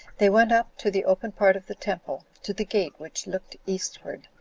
they went up to the open part of the temple, to the gate which looked eastward,